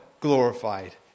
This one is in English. glorified